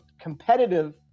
competitive